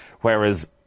whereas